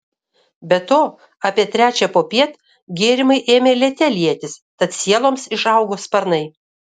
be to apie trečią popiet gėrimai ėmė liete lietis tad sieloms išaugo sparnai